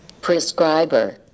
Prescriber